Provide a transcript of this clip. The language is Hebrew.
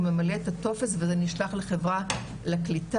הוא ממלא את הטופס וזה נשלח לחברה לקליטה.